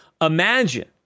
Imagine